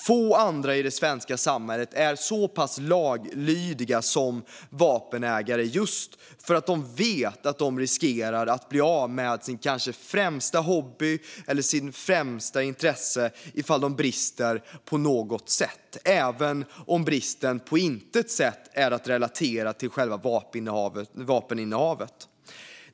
Få andra i det svenska samhället är så laglydiga som vapenägare, just för att de vet att de riskerar att bli av med sin kanske främsta hobby eller sitt främsta intresse om de på något sätt brister - även om bristen på intet sätt är att relatera till själva vapeninnehavet.